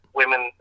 women